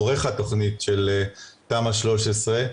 עורך התוכנית של תמ"א 13,